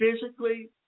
physically